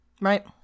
Right